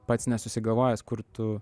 pats nesusigalvojęs kur tu